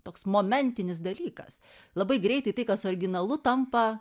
toks momentinis dalykas labai greitai tai kas originalu tampa